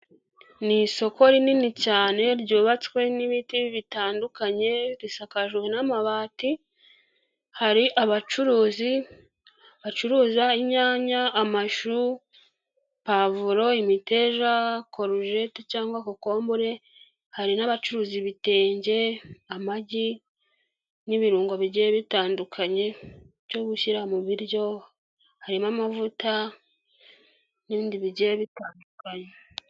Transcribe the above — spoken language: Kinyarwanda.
Ni isoko rinini cyane ryubatswe n'ibiti bitandukanye risakajwe n'amabati hari, abacuruzi bacuruza inyanya amashupavro imiteja corugette cyangwa cocombure hari n'abacuruza ibitenge amagi n'ibirungo bi bitandukanye byo gushyira mu biryo harimo amavuta n'ibindi bigiye bitandukanye.